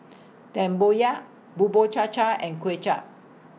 Tempoyak Bubur Cha Cha and Kuay Chap